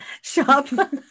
shop